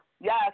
Yes